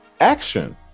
action